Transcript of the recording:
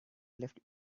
left